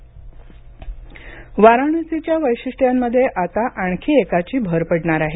वाराणसी निर्यात वाराणसीच्या वैशिष्ट्यांमध्ये आता आणखी एकाची भर पडणार आहे